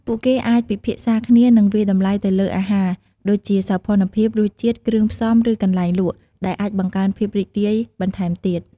ពួកគេអាចពិភាក្សាគ្នា និងវាយតម្លៃទៅលើអាហារ ដូចជាសោភណភាព រសជាតិ គ្រឿងផ្សំ ឬកន្លែងលក់ ដែលអាចបង្កើនភាពរីករាយបន្ថែមទៀត។